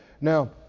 Now